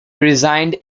resigned